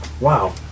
Wow